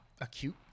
Acute